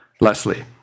leslie